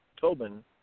Tobin